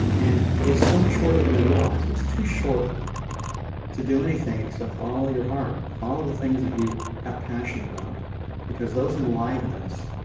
and it's so much shorter than we realize. it's too short to do anything except follow your heart follow the things that you have passion about because those enliven us.